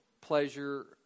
pleasure